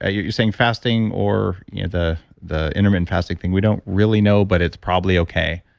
ah you're you're saying fasting or the the intermittent fasting thing we don't really know, but it's probably okay.